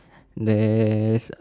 there's